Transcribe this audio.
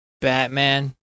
Batman